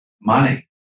money